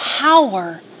power